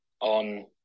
on